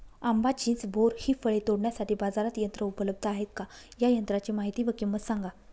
आंबा, चिंच, बोर हि फळे तोडण्यासाठी बाजारात यंत्र उपलब्ध आहेत का? या यंत्रांची माहिती व किंमत सांगा?